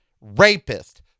rapist